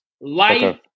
life